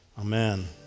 Amen